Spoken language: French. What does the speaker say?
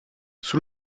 sous